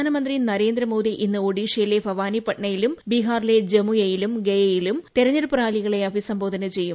പ്രധാനമന്ത്രി നരേന്ദ്രമോദി ഇന്ന് ഒഡീഷയിലെ ഭവാനി പട്നയിലും ബീഹാറിലെ ജമുയിലും ഗയയിലും തെരഞ്ഞെടുപ്പ് റാലികളെ അഭിസംബോധന ചെയ്യും